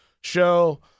show